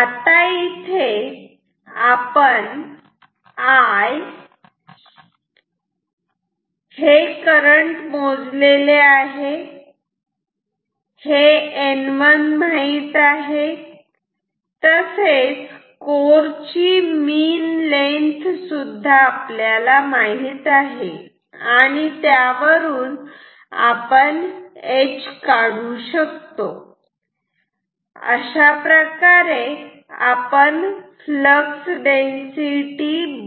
आता इथे आपण I हे करंट मोजलेले आहे हे N1 माहित आहे तसेच कोर ची मीन लेथ सुद्धा माहित आहे आणि त्यावरून आपण H काढू शकतो अशा प्रकारे आपण फ्लक्स डेन्सिटी